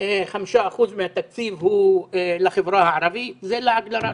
5% מהתקציב הוא לחברה הערבית, זה לעג לרש.